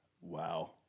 Wow